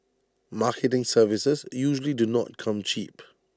marketing services usually do not come cheap